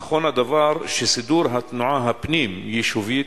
נכון הדבר שסידור התנועה הפנים-יישובית